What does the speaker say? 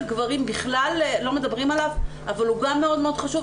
גברים בכלל לא מדברים עליו אבל הוא גם מאוד חשוב,